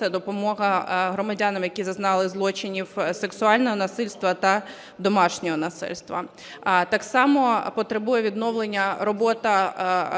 це допомога громадянам, які зазнали злочинів сексуального насильства та домашнього насильства. Так само потребує відновлення